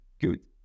good